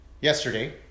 Yesterday